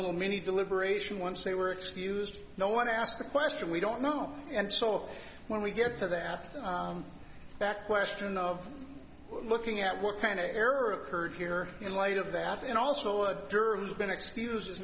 little mini deliberation once they were excused no one asked the question we don't know and so when we get to that back question of looking at what kind of error occurred here in light of that and also a juror who's been excuse